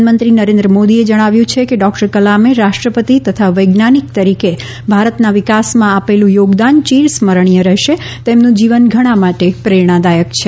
પ્રધાનમંત્રી નરેન્દ્ર મોદીએ જણાવ્યું છે કે ડોક્ટર કલામે રાષ્ટ્રપતિ તથા વૈજ્ઞાનિક તરીકે ભારતના વિકાસમાં આપેલું યોગદાન ચિરસ્મરણીય રહેશે તેમનું જીવન ઘણાં માટે પ્રેરણાદાયક છે